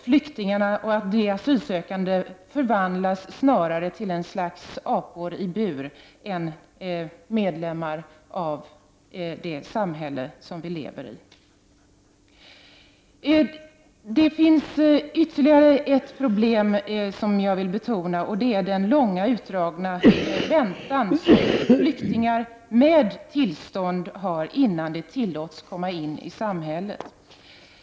Flyktingarna och de asylsökande uppfattas på något sätt som apor i bur i stället för att betraktas som medlemmar av det samhälle som vi lever i. Men det finns ytterligare ett problem som jag gärna vill betona, och det är problemet med den mycket utdragna väntan som gäller för flyktingar med tillstånd innan dessa tillåts komma ut i samhället.